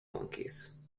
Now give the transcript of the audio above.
monkeys